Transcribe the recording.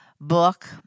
book